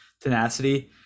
tenacity